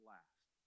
Last